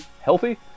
healthy